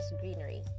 greenery